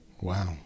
Wow